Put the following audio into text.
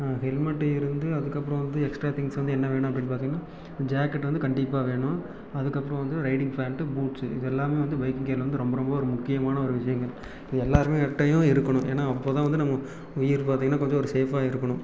helmet இருந்து அதுக்கப்புறம் வந்து எக்ஸ்ட்ரா திங்க்ஸ் வந்து என்ன வேணும் அப்படின்னு பார்த்தீங்கன்னா ஜாக்கெட் வந்து கண்டிப்பாக வேணும் அதுக்கப்புறம் வந்து ரைடிங் ஃபேண்ட்டு பூட்ஸு இது எல்லாமே வந்து பைக்கிங் கியர்ல வந்து ரொம்ப ரொம்ப ஒரு முக்கியமான ஒரு விஷயங்கள் இது எல்லாருமேட்டையும் இருக்கணும் ஏன்னா அப்போதான் வந்து நம்ம உயிர் பார்த்தீங்கன்னா கொஞ்சம் ஒரு சேஃப்பாக இருக்கணும்